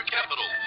Capital